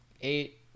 Eight